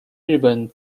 日本